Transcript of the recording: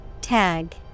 Tag